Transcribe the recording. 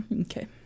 okay